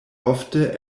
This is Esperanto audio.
ofte